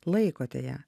laikote ją